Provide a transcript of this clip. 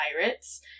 pirates